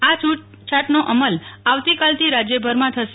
આ છૂટછાટનો અમલ આવતીકાલથી રાજ્યભરમાં થશે